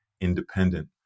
independent